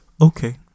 Okay